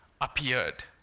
appeared